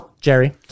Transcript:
Jerry